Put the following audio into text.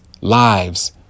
lives